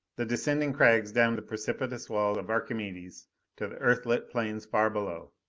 the descending crags down the precipitous wall of archimedes to the earthlit plains far below.